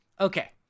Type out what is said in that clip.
okay